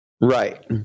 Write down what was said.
Right